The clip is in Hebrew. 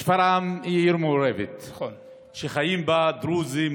שפרעם היא עיר מעורבת שחיים בה דרוזים,